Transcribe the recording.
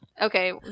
okay